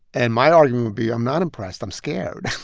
and my argument would be, i'm not impressed. i'm scared